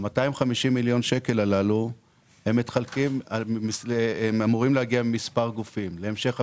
ה-250 מיליון שקל הללו אמורים להגיע ממספר גופים להמשך הפיתוח.